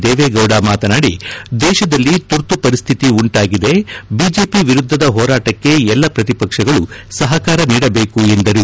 ದೇವೇಗೌಡ ಮಾತನಾಡಿ ದೇಶದಲ್ಲಿ ತುರ್ತುಪರಿಸ್ಟಿತಿ ಉಂಟಾಗಿದೆ ಬಿಜೆಪಿ ವಿರುದ್ಧದ ಹೋರಾಟಕ್ಕೆ ಎಲ್ಲ ಪ್ರತಿಪಕ್ಷಗಳು ಸಹಕಾರ ನೀಡಬೇಕು ಎಂದರು